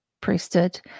priesthood